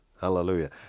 Hallelujah